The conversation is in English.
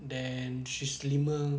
then she slimmer